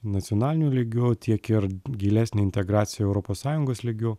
nacionaliniu lygiu tiek ir gilesnė integracija europos sąjungos lygiu